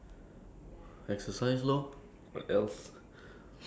or what do you do to keep fit sleep